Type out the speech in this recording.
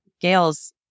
Gail's